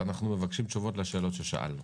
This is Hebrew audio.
ואנחנו מבקשים תשובות לשאלות ששאלנו.